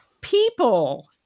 people